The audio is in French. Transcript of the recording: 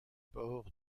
port